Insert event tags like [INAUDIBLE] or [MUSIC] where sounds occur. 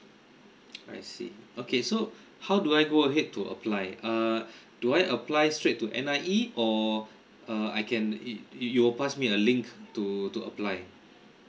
[NOISE] I see okay so how do I go ahead to apply err do I apply straight to N_I_E or uh I can yo~ you will pass me a link to to apply